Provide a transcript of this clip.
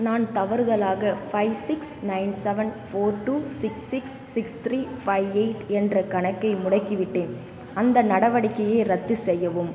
நான் தவறுதலாக five six nine seven four two six six three five eight என்ற கணக்கை முடக்கிவிட்டேன் அந்த நடவடிக்கையை ரத்து செய்யவும்